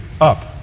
up